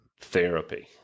therapy